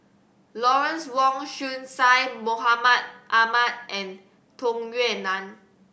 Lawrence Wong Shyun Tsai Mahmud Ahmad and Tung Yue Nang